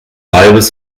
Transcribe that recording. halbes